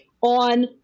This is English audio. on